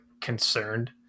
concerned